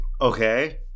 Okay